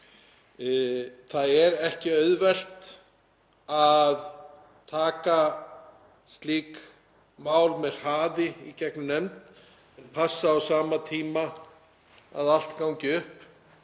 Það er ekki auðvelt að taka slík mál með hraði í gegnum nefnd og passa á sama tíma að allt gangi upp.